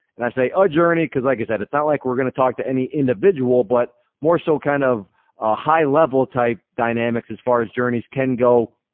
and i say a journey cause like i said, it's not like we're gonna talk to any individual, but more so kind of a high level-type dynamics as far as journeys can go,